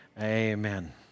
Amen